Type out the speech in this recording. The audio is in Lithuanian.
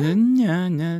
ne ne